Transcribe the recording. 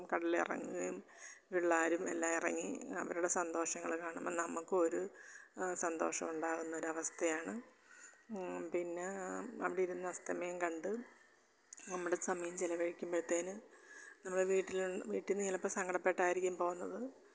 കടലിൽ ഇറങ്ങുകയും പിള്ളേരും എല്ലാം ഇറങ്ങി അവരുടെ സന്തോഷങ്ങൾ കാണുമ്പം നമുക്കും ഒരു സന്തോഷം ഉണ്ടാകുന്ന ഒരു അവസ്ഥയാണ് പിന്നെ അവിടെ ഇരുന്ന് അസ്തമയം കണ്ട് നമ്മുടെ സമയം ചിലവഴിക്കുമ്പോഴത്തേന് നമ്മൾ വീട്ടിൽ ഉൺ വീട്ടിൽ നിന്ന് ചിലപ്പം സങ്കടപ്പെട്ടായിരിക്കും പോന്നത്